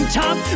top